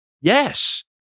Yes